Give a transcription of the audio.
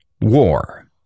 War